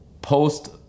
post